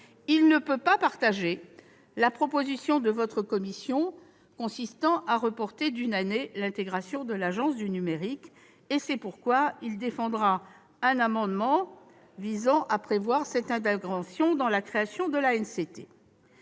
il ne peut pas partager la proposition de votre commission consistant à reporter d'une année l'intégration de l'Agence du numérique. C'est pourquoi il défendra un amendement visant à cette intégration dès la création de l'ANCT.